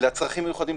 לצרכים המיוחדים,